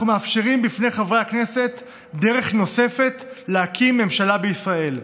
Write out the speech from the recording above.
אנחנו מאפשרים לחברי הכנסת דרך נוספת להקים ממשלה בישראל.